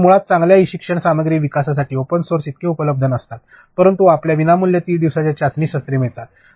तर मुळात चांगल्या ई शिक्षणासाठी सामग्री विकासासाठी ओपन सोर्स इतके उपलब्ध नसतात परंतु आपल्याला विनामूल्य ३० दिवसांची चाचणी सत्रे मिळतात